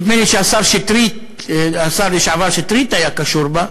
נדמה לי שהשר לשעבר שטרית היה קשור אליה,